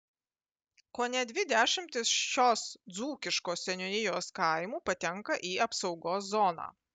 kone dvi dešimtys šios dzūkiškos seniūnijos kaimų patenka į apsaugos zoną